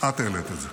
את העלית את זה.